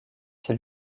qui